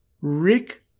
Rick